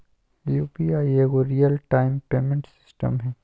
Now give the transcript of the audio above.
UPI एगो real time payment system हइ